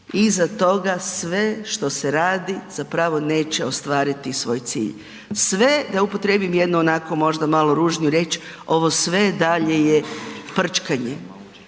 iza toga sve što se radi zapravo neće ostvariti svoj cilj, sve da upotrijebim jednu onako možda malo ružniju riječ, ovo sve dalje je prčkanje.